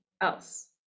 else